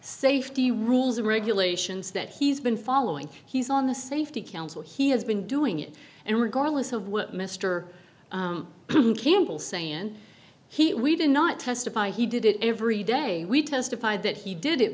safety rules and regulations that he's been following he's on the safety council he has been doing it and regardless of what mister campbell saying he we did not testify he did it every day we testified that he did it